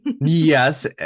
Yes